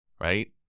right